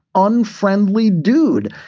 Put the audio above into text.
unfriendly dude.